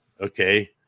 Okay